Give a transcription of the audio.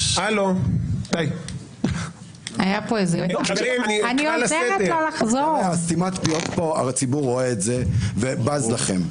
את סתימת הפיות כאן הציבור רואה ובז לכם.